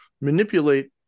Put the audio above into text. manipulate